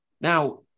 now